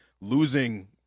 losing